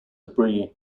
debris